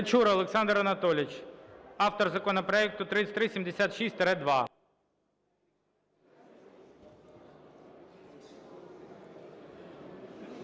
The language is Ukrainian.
Дякую.